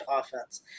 offense